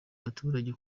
abaturage